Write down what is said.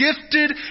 gifted